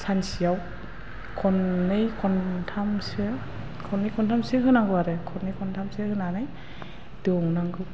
सानसेआव खननै खनथामसो होनांगौ आरो खननै खनथामसो होनानै दौनांगौ